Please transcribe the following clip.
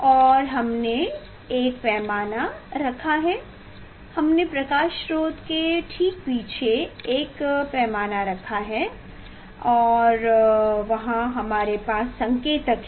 और हमने एक पैमाना रखा है हमने प्रकाश स्रोत के ठीक पीछे एक पैमाना रखा है और वहां हमारे पास संकेतक हैं